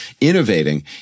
innovating